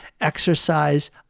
exercise